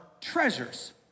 treasures